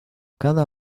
cada